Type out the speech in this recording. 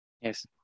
Yes